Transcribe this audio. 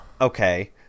Okay